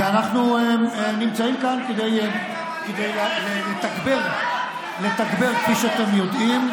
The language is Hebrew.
ואנחנו נמצאים כאן כדי לתגבר, כפי שאתם יודעים,